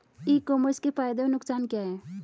ई commerce के फायदे और नुकसान क्या हैं?